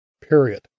Period